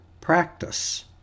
practice